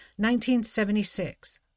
1976